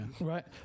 Right